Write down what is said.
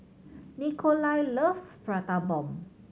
Nikolai loves Prata Bomb